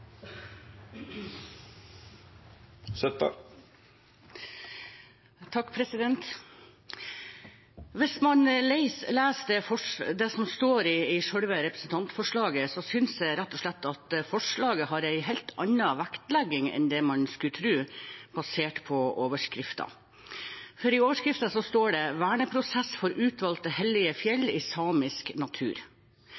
leser det som står i selve representantforslaget, synes jeg rett og slett at forslaget har en helt annen vektlegging enn det man skulle tro basert på overskriften. I overskriften står det «verneprosess for utvalgte hellige